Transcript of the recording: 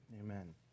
Amen